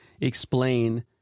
explain